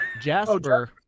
jasper